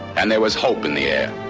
and there was hope in the air.